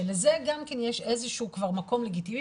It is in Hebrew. שלזה יש גם כן מקום לגיטימי,